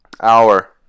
Hour